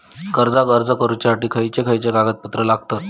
कर्जाक अर्ज करुच्यासाठी खयचे खयचे कागदपत्र लागतत